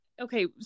Okay